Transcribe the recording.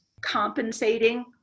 compensating